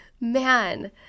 Man